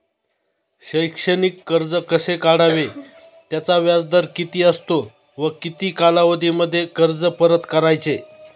शैक्षणिक कर्ज कसे काढावे? त्याचा व्याजदर किती असतो व किती कालावधीमध्ये कर्ज परत करायचे?